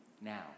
Now